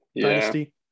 Dynasty